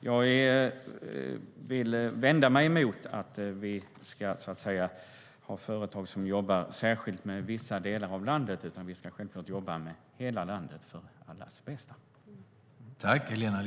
Jag vill vända mig emot att vi ska ha företag som jobbar särskilt med vissa delar av landet, utan vi ska självklart jobba med hela landet för allas bästa.